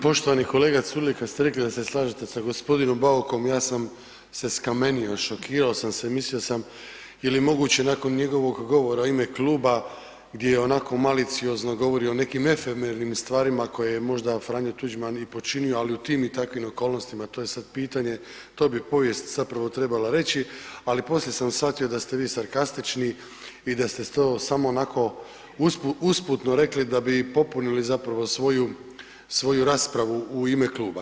Poštovani kolega Culej, kad ste rekli da se slažete sa g. Baukom, ja sam se skamenio, šokirao sam se, mislio sam je li moguće nakon njegovog govora u ime kluba gdje je onako maliciozno govorio o nekim efemernim stvarima koje je možda F. Tuđman i počinio ali u tim i takvim okolnostima, to je sad pitanje, to bi povijest zapravo trebala reći ali poslije sam shvatio da ste vi sarkastični i da ste to samo onako usputno rekli da bi popunili zapravo svoju raspravu u ime kluba.